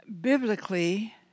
Biblically